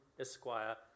Esquire